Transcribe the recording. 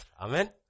Amen